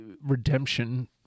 redemption